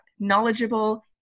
knowledgeable